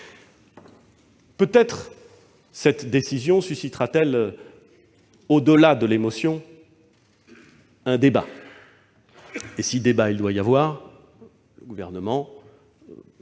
Peut-être cette décision suscitera-t-elle, au-delà de l'émotion, un débat. Si débat il doit y avoir, le Gouvernement